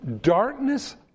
Darkness